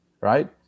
right